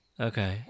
Okay